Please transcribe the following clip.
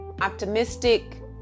optimistic